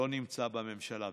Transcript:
נמצא בממשלה.